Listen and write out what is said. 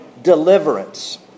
deliverance